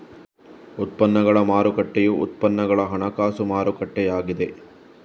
ಉತ್ಪನ್ನಗಳ ಮಾರುಕಟ್ಟೆಯು ಉತ್ಪನ್ನಗಳ ಹಣಕಾಸು ಮಾರುಕಟ್ಟೆಯಾಗಿದೆ